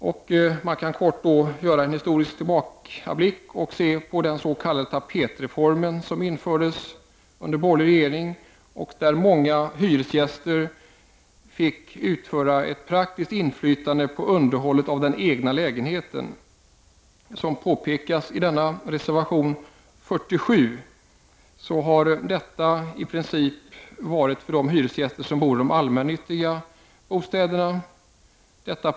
Man kan här göra en kort historisk tillbakablick och se på den s.k. tapetreformen, som infördes under borgerlig regering. I och med den fick många hyresgäster utöva ett praktiskt inflytande på underhållet av den egna lägenheten. Som påpekas i reservation 53 har detta i princip gällt för de hyresgäster som bor i de allmännyttiga bostäderna.